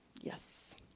Yes